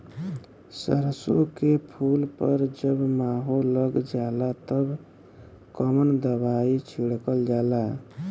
सरसो के फूल पर जब माहो लग जाला तब कवन दवाई छिड़कल जाला?